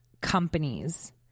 companies